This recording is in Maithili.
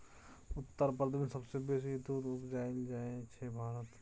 उत्तर प्रदेश मे सबसँ बेसी दुध उपजाएल जाइ छै भारत मे